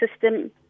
system